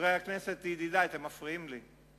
חברי הכנסת, ידידי, אתם מפריעים לי.